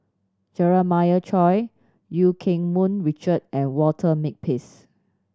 Jeremiah Choy Eu Keng Mun Richard and Walter Makepeace